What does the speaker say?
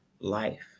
life